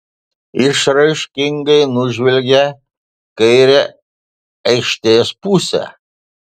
išraiškingai nužvelgė kairę aikštės pusę